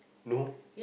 no